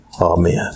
Amen